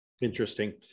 Interesting